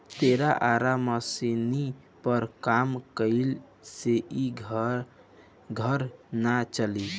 तोरा आरा मशीनी पर काम कईला से इ घर ना चली